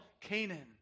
Canaan